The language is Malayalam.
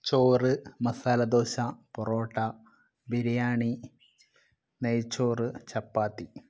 ചോറ് മസാലദോശ പൊറോട്ട ബിരിയാണി നെയ്ച്ചോറ് ചപ്പാത്തി